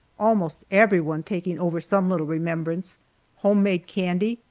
almost everyone taking over some little remembrance homemade candy,